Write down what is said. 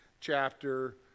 chapter